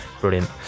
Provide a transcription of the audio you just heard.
brilliant